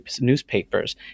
newspapers